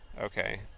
okay